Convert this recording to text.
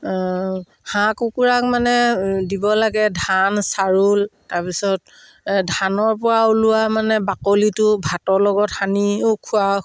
হাঁহ কুকুৰাক মানে দিব লাগে ধান চাউল তাৰপিছত ধানৰ পৰা ওলোৱা মানে বাকলিটো ভাতৰ লগত সানিও খোৱা